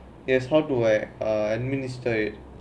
yes how to like uh administrate